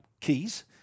Keys